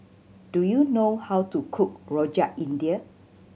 do you know how to cook Rojak India